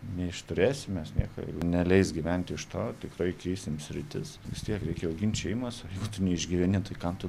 neišturėsim mes nieko neleis gyventi iš to tikrai keisim sritis vis tiek reikia augint šeimas jeigu tu neišgyveni tai kam tu